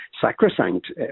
sacrosanct